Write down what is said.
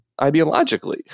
ideologically